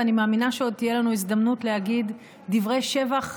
ואני מאמינה שעוד תהיה לנו הזדמנות להגיד דברי שבח,